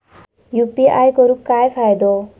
UPI करून काय फायदो?